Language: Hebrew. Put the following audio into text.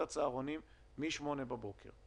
הצהרונים מ-08:00 בבוקר?